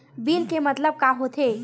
Bill के मतलब का होथे?